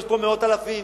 יש פה מאות אלפים.